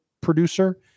producer